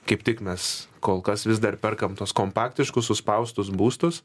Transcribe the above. kaip tik mes kol kas vis dar perkam tuos kompaktiškus suspaustus būstus